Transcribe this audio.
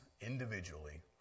individually